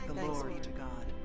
thanks be to god!